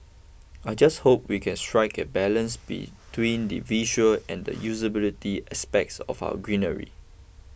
I just hope we can strike a balance between the visual and the usability aspects of our greenery